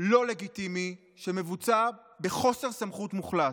לא לגיטימי שמבוצע בחוסר סמכות מוחלט.